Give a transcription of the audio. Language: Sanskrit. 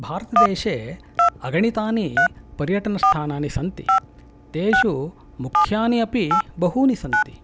भारतदेशे अगणितानि पर्यटनस्थनानि सन्ति तेषु मुख्यानि अपि बहूनि सन्ति